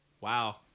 wow